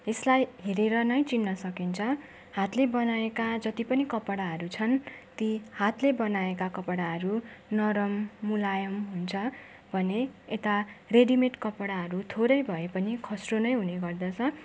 यसलाई हेरेर नै चिन्न सकिन्छ हातले बनाइएका जति पनि कपडाहरू छन् ती हातले बनाइएका कपडाहरू नरम मुलायम हुन्छ भने यता रेडी मेड कपडाहरू थोरै भए पनि खर्सो नै हुने गर्दछ